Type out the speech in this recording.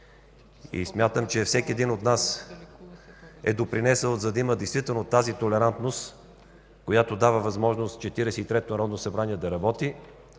Смятам, че всеки един от нас е допринесъл, за да има действително тази толерантност, която дава възможност Четиридесет и третото народно събрание да работи,